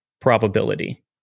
probability